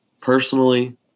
personally